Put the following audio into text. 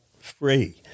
free